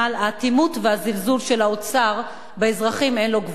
האטימות והזלזול של האוצר באזרחים, אין להם גבול.